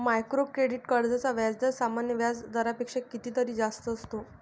micro credit कर्जांचा व्याजदर सामान्य व्याज दरापेक्षा कितीतरी जास्त असतो